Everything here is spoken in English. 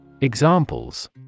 Examples